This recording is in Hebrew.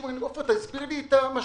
ואומרים לי: